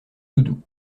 doudou